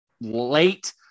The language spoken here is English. late